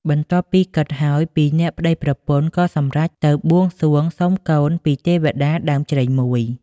បន្ទាប់ពី គិតហើយពីរនាក់ប្ដីប្រពន្ធក៏សម្រេចទៅបួងសួងសុំកូនពីរទេវតាដើមជ្រៃមួយ។